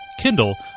Kindle